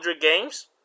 games